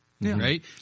right